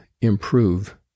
improve